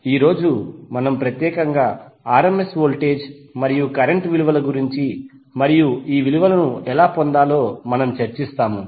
ఈ రోజు మనం ప్రత్యేకంగా RMS వోల్టేజ్ మరియు కరెంట్ విలువల గురించి మరియు ఈ విలువలను ఎలా పొందాలో మనము చర్చిస్తాము